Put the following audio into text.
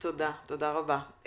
תודה רבה.